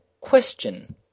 question